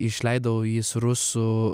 išleidau jį su rusų